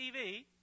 TV